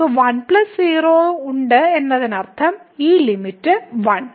നമുക്ക് 1 0 ഉണ്ട് എന്നതിനർത്ഥം ഈ ലിമിറ്റ് 1